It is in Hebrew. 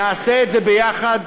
נעשה את זה יחד,